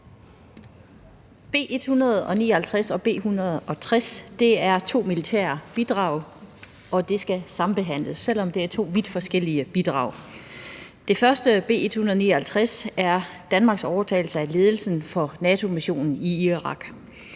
B 159 og B 160 drejer sig om to militære bidrag, og de skal sambehandles, selv om det er to vidt forskellige bidrag. Det første, B 159, er om Danmarks overtagelse af ledelsen af NATO-missionen i Irak.